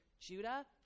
Judah